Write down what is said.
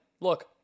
look